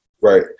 Right